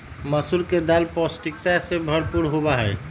मसूर के दाल पौष्टिकता से भरपूर होबा हई